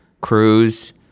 cruise